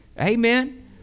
Amen